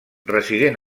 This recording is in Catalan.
resident